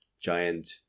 giant